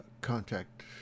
contact